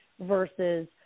versus